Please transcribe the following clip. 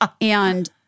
And-